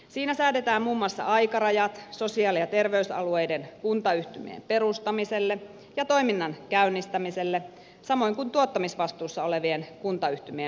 siinä säädetään muun muassa aikarajat sosiaali ja terveysalueiden kuntayhtymien perustamiselle ja toiminnan käynnistämiselle samoin kuin tuottamisvastuussa olevien kuntayhtymien muodostamiselle